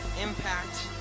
impact